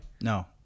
No